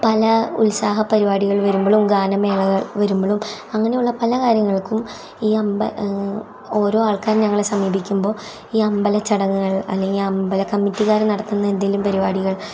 പല ഉത്സാഹപരിപാടികൾ വരുമ്പോഴും ഗാനമേളകൾ വരുമ്പോഴും അങ്ങനെയുള്ള പല കാര്യങ്ങൾക്കും ഈ അമ്പ ഈ ഓരോ ആൾക്കാർ ഞങ്ങളെ സമീപിക്കുമ്പോൾ ഈ അമ്പലച്ചടങ്ങുകൾ അല്ലെങ്കിൽ അമ്പല കമ്മറ്റിക്കാർ നടത്തുന്ന എന്തെങ്കിലും പരിപാടികൾ